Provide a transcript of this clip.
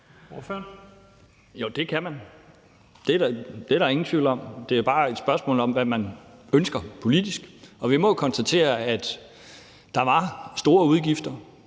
det kan man. Det er der ingen tvivl om. Det er bare et spørgsmål om, hvad man ønsker politisk. Og vi må bare konstatere, at der var store udgifter,